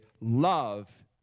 love